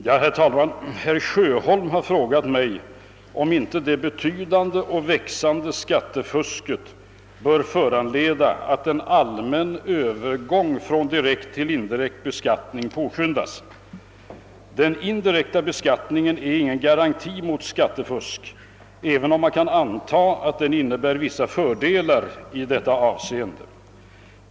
Herr talman! Herr Sjöholm har frågat mig, om inte det betydande och växande skattefusket bör föranleda att en allmän övergång från direkt till indirekt beskattning påskyndas. Den indirekta beskattningen är ingen garanti mot skattefusk, även om man kan anta att den innebär vissa fördelar i detta avseende.